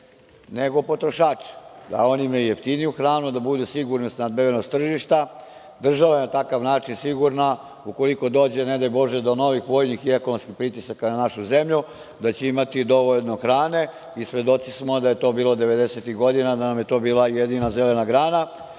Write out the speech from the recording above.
nego potrošače, da oni imaju jeftiniju hranu, da budu sigurni u snabdevenost tržišta. Država je na takav način sigurna, ukoliko dođe ne daj bože do novih vojnih i ekonomskih pritisaka na našu zemlju, da će imati dovoljno hrane i svedoci smo da je to bilo 90-ih godina, da nam je to bila jedina zelena grana. Sa